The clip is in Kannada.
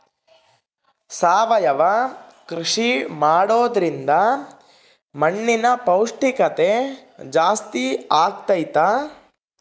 ಸಾವಯವ ಕೃಷಿ ಮಾಡೋದ್ರಿಂದ ಮಣ್ಣಿನ ಪೌಷ್ಠಿಕತೆ ಜಾಸ್ತಿ ಆಗ್ತೈತಾ?